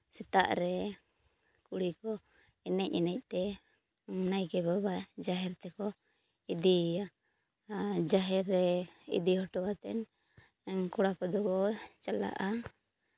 ᱥᱮᱛᱟᱜ ᱨᱮ ᱠᱩᱲᱤ ᱠᱚ ᱮᱱᱮᱡ ᱮᱱᱮᱡ ᱛᱮ ᱱᱟᱭᱠᱮ ᱵᱟᱵᱟ ᱡᱟᱦᱮᱨ ᱛᱮᱠᱚ ᱤᱫᱤᱭᱮᱭᱟ ᱡᱟᱦᱮᱨ ᱨᱮ ᱤᱫᱤ ᱦᱚᱴᱚ ᱠᱟᱛᱮᱫ ᱠᱚᱲᱟ ᱠᱚᱫᱚ ᱠᱚ ᱪᱟᱞᱟᱜᱼᱟ